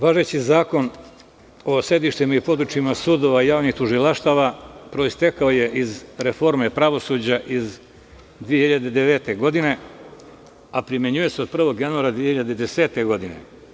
Važeći Zakon o sedištima i područjima sudova i javnih tužilaštava proistekao je iz reforme pravosuđa iz 2009. godine, a primenjuje se od 1. januara 2010. godine.